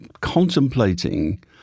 contemplating